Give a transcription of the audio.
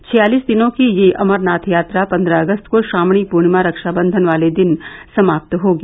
छियालिस दिनों की यह अमरनाथ यात्रा पन्द्रह अगस्त को श्रावणी पूर्णिमा रक्षाबंधन वाले दिन समाप्त होगी